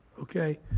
Okay